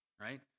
right